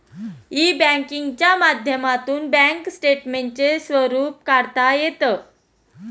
E बँकिंगच्या माध्यमातून bank स्टेटमेंटचे स्वरूप काढता येतं